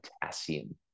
potassium